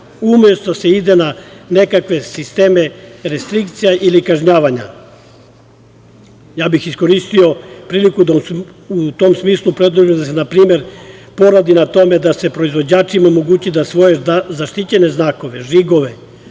umesto da se ide na nekakve sisteme restrikcija ili kažnjavanja. Iskoristio bih priliku da u tom smislu predložim da se poradi na tome da se proizvođačima omogući da svoje zaštićene znakove, žigove,